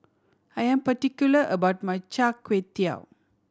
I am particular about my Char Kway Teow